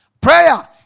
Prayer